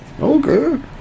Okay